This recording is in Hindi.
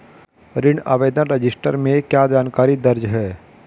ऋण आवेदन रजिस्टर में क्या जानकारी दर्ज है?